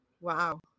wow